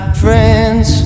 friends